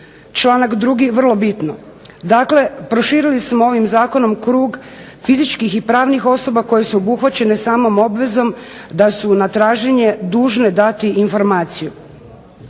članak 2. vrlo bitno. Dakle proširili smo ovim zakonom krug fizičkih i pravnih osoba koje su obuhvaćene samom obvezom da su na traženje dužne dati informaciju.